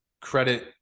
Credit